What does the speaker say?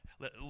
Let